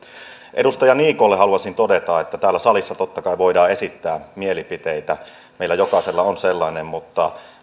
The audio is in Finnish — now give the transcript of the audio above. edustaja niikolle haluaisin todeta että täällä salissa totta kai voidaan esittää mielipiteitä meillä jokaisella on sellainen mutta